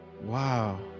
Wow